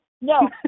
No